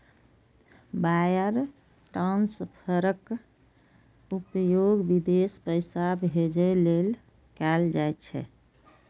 wire ट्रांसफरक उपयोग विदेश पैसा भेजै लेल कैल जाइ छै